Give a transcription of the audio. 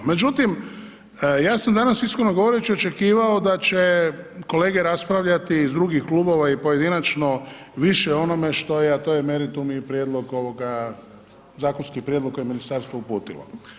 Međutim, ja sam danas, iskreno govoreći, očekivao da će kolege raspravljati iz drugih klubova i pojedinačno više o onome što je, a to je meritum i prijedlog ovoga, zakonski prijedlog koje je ministarstvo uputilo.